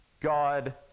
God